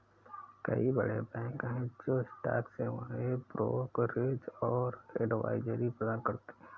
कई बड़े बैंक हैं जो स्टॉक सेवाएं, ब्रोकरेज और एडवाइजरी प्रदान करते हैं